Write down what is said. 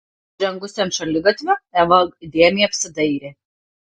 žengusi ant šaligatvio eva įdėmiai apsidairė